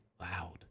loud